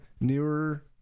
newer